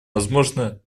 возможно